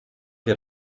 wir